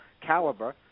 caliber